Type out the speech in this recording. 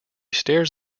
stares